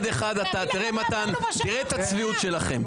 הדמוקרט הגדול --- מתן, תראה את הצביעות שלכם.